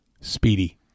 Speedy